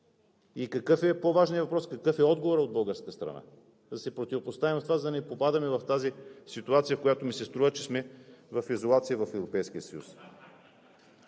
И по-важният въпрос: какъв е отговорът от българска страна да се противопоставим и да не попадаме в тази ситуация, в която ми се струва, че сме в изолация в